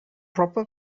proper